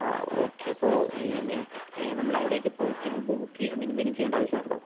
ആ ഓക്കെ അപ്പോൾ ഈ നെ നമ്മൾ അവിടെയൊക്കെ പോകുന്നതിന് മുൻപ് ബുക്ക് ചെയ്യുകയോ അങ്ങനെ എന്തെങ്കിലും ചെയ്യേണ്ട ആവശ്യമുണ്ടോ